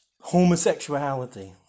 Homosexuality